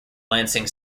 lansing